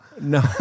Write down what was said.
No